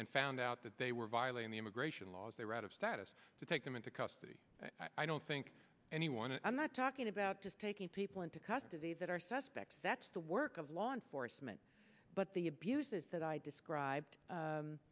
and found out that they were violating the immigration laws they were out of status to take them into custody i don't think anyone and i'm not talking about just taking people into custody that are suspects that's the work of law enforcement but the abuses that i